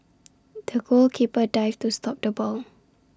the goalkeeper dived to stop the ball